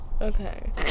Okay